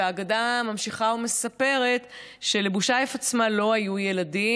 האגדה ממשיכה ומספרת שלבושאייף עצמה לא היו ילדים,